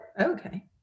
okay